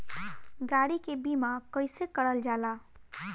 गाड़ी के बीमा कईसे करल जाला?